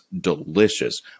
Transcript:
delicious